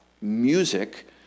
music